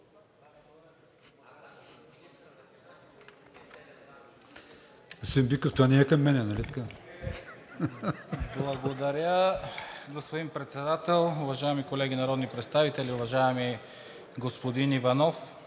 Благодаря, господин Председател. Уважаеми колеги народни представители! Уважаеми господин Иванов,